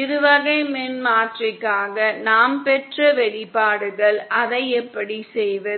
இருவகை மின்மாற்றிக்காக நாம் பெற்ற வெளிப்பாடுகள் அதை எப்படி செய்வது